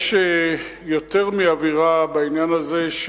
יש יותר מאווירה בעניין הזה של